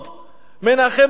מנחם בגין.